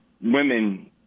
women